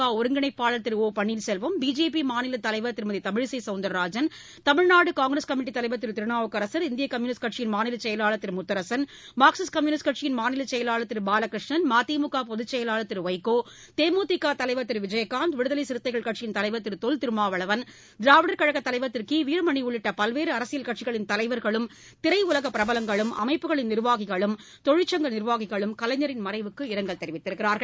அஇஅதிமுக ஒருங்கிணைப்பாளர் திரு ஒ பன்னீர்செல்வம் பிஜேபி மாநில தலைவர் திருமதி தமிழிசை சௌந்தர்ராஜன் தமிழ்நாடு காங்கிரஸ் கமிட்டித் தலைவா் திரு திருநாவுக்கரசா் இந்திய கம்யுனிஸ்ட் கட்சியின் மாநில செயலாளர் திரு முத்தரசன் மார்க்சிஸ்ட் கம்யுனிஸ்ட் கட்சியின் மாநில செயலாளர் திரு பாலகிருஷ்ணன் மதிமுக பொதுற்செயலாளர் திரு வைகோ தேமுதிக தலைவர் திரு விஜயகாந்த் விடுதலை சிறுத்தைகள் கட்சியின் தலைவா் திரு தொல் திருமாவளவன் திராவிடா் கழகத் தலைவர் திரு கி வீரமணி உள்ளிட்ட பல்வேறு அரசியல் கட்சிகளின் தலைவர்களும் திரையுலக பிரபலங்களும் அமைப்புகளின் நிர்வாகிகளும் தொழிற்சங்களின் நிர்வாகிகளும் கலைஞரின் மறைவுக்கு இரங்கல் தெரிவித்துள்ளனர்